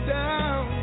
down